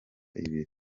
ibiri